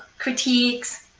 critiques,